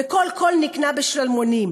וכל קול נקנה בשלמונים,